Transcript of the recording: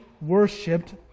worshipped